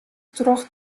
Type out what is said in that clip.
troch